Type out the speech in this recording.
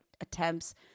attempts